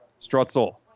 Strutzel